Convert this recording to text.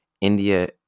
india